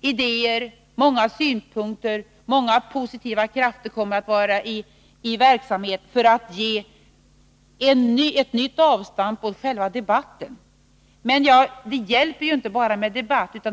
idéer, många synpunkter, många positiva krafter kommer att göra sig gällande för att ge en ny avstamp åt själva debatten. Men det hjälper inte med bara debatt.